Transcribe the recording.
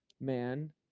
Man